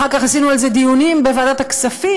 אחר כך עשינו על זה דיונים בוועדת הכספים.